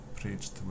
preached